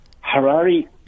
Harari